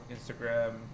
Instagram